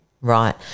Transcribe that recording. Right